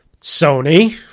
sony